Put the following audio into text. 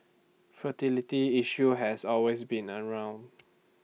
fertility issues has always been around